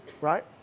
right